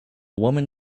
woman